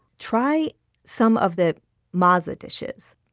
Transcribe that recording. try some of the maza dishes.